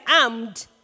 armed